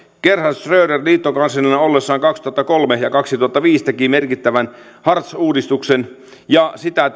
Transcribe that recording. gerhard schröder liittokanslerina ollessaan kaksituhattakolme ja kaksituhattaviisi teki merkittävän hartz uudistuksen ja sitä